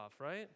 right